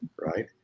right